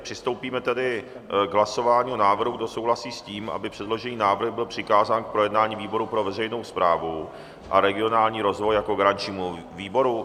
Přistoupíme tedy k hlasování o návrhu, kdo souhlasí s tím, aby předložený návrh byl přikázán k projednání výboru pro veřejnou správu a regionální rozvoj jako garančnímu výboru.